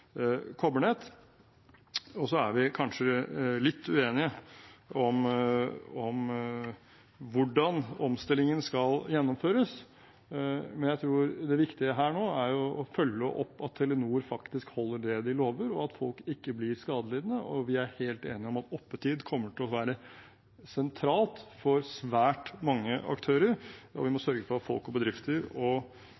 Så er vi kanskje litt uenige om hvordan omstillingen skal gjennomføres, men jeg tror det viktige her nå er å følge opp at Telenor faktisk holder det de lover, og at folk ikke blir skadelidende. Vi er helt enige om at oppetid kommer til å være sentralt for svært mange aktører, og vi må